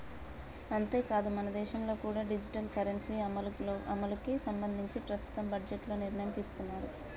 అంతేకాదు మనదేశంలో కూడా డిజిటల్ కరెన్సీ అమలుకి సంబంధించి ప్రస్తుత బడ్జెట్లో నిర్ణయం తీసుకున్నారు